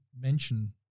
mention